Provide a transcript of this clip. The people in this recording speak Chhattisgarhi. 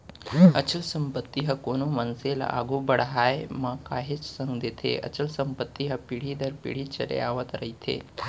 अचल संपत्ति ह कोनो मनसे ल आघू बड़हाय म काहेच संग देथे अचल संपत्ति ह पीढ़ी दर पीढ़ी चले आवत रहिथे